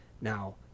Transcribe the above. now